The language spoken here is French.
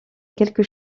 quelque